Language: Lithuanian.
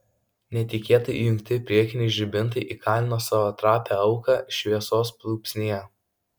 netikėtai įjungti priekiniai žibintai įkalino savo trapią auką šviesos pliūpsnyje